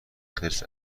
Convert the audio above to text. خرس